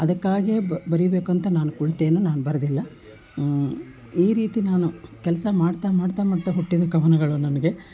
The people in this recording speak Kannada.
ಅದಕ್ಕಾಗಿಯೇ ಬರಿಬೇಕಂತ ನಾನು ಕುಳಿತೇನು ನಾನು ಬರದಿಲ್ಲ ಈ ರೀತಿ ನಾನು ಕೆಲಸ ಮಾಡ್ತಾ ಮಾಡ್ತಾ ಮಾಡ್ತಾ ಹುಟ್ಟಿದ ಕವನಗಳು ನನಗೆ